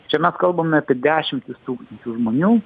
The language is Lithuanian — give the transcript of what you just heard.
čia mes kalbame apie dešimtis tūkstančių žmonių